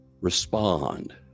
respond